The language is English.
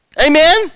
Amen